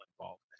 involvement